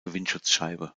windschutzscheibe